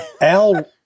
Al